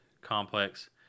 complex